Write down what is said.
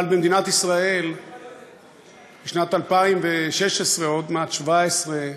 אבל במדינת ישראל בשנת 2016, עוד מעט 2017,